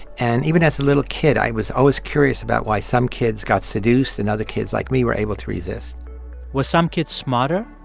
and even as a little kid i was always curious about why some kids got seduced and other kids like me were able to resist were some kids smarter,